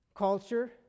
culture